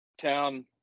town